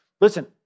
Listen